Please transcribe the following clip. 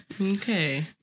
okay